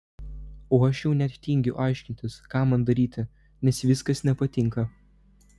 o aš jau net tingiu aiškintis ką man daryti nes viskas nepatinka